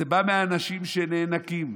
זה בא מהאנשים שנאנקים,